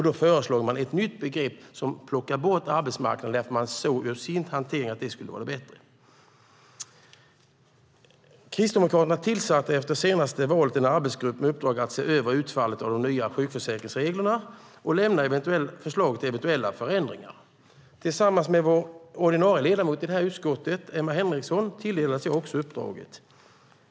Då föreslår man ett nytt begrepp som plockar bort ordet "arbetsmarknad", därför att man såg i sin hantering att det skulle vara bättre. Kristdemokraterna tillsatte efter senaste valet en arbetsgrupp med uppdrag att se över utfallet av de nya sjukförsäkringsreglerna och lämna förslag till eventuella förändringar. Tillsammans med vår ordinarie ledamot i socialförsäkringsutskottet, Emma Henriksson, tilldelades jag uppdraget.